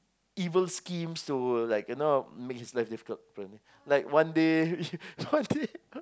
evil schemes to like you know make his life difficult apparently like one day one day